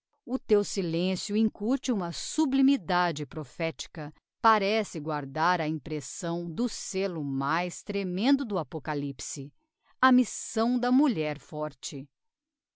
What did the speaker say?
o teu silencio incute uma sublimidade prophetica parece guardar a impressão do sêlo mais tremendo do apocalypse a missão da mulher forte